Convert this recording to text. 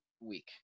week